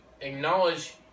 acknowledge